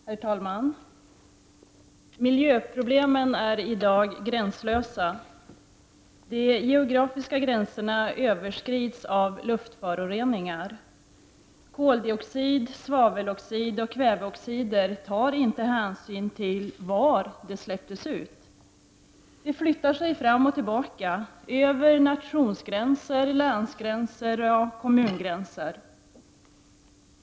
Herr talman! Miljöproblemen är i dag gränslösa. De geografiska gränserna överskrids av luftföroreningar. Koldioxid, svaveloxid och kväveoxider tar inte hänsyn till var de släpptes ut. De flyttar sig fram och tillbaka över nations-, länsoch kommungränser.